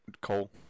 Cole